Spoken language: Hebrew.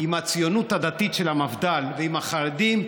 עם הציונות הדתית של המפד"ל ועם החרדים,